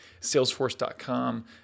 Salesforce.com